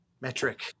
metric